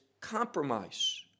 compromise